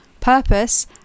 purpose